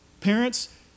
Parents